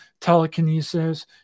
telekinesis